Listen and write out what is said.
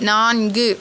நான்கு